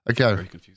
Okay